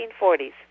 1940s